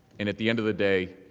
and at the end of the day,